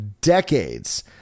decades